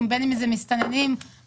מסתננים,